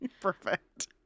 Perfect